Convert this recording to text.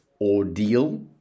ordeal